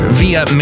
via